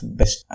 best